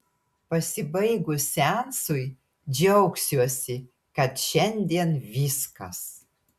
pasibaigus seansui džiaugsiuosi kad šiandien viskas